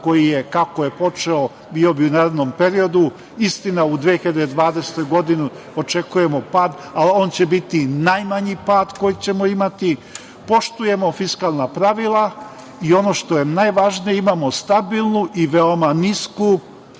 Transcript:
koji je, kako je počeo, bio bi u narednom periodu, istina u 2020. godini očekujemo pad, ali on će biti najmanji pad koji ćemo imati. Poštujemo fiskalna pravila i ono što je najvažnije, imamo stabilnu i veoma nisku